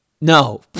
No